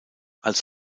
als